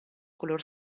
color